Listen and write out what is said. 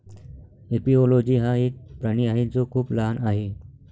एपिओलोजी हा एक प्राणी आहे जो खूप लहान आहे